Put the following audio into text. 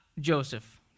Joseph